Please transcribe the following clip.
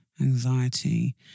anxiety